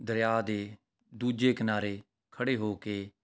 ਦਰਿਆ ਦੇ ਦੂਜੇ ਕਿਨਾਰੇ ਖੜ੍ਹੇ ਹੋ ਕੇ